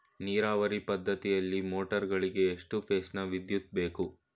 ನೀರಾವರಿ ಪದ್ಧತಿಯಲ್ಲಿ ಮೋಟಾರ್ ಗಳಿಗೆ ಎಷ್ಟು ಫೇಸ್ ನ ವಿದ್ಯುತ್ ಬೇಕು?